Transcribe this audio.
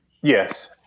Yes